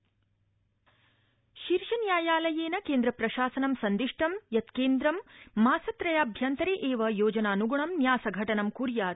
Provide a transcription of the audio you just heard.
शीर्षन्यायालय शीर्षन्यायालयेन केन्द्रप्रशासनं सन्दिष्ट यत् केन्द्र मासत्रयाभ्यन्तरे एव योजनानग्ण न्यास घटनं क्र्यात्